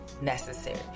Necessary